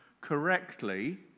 correctly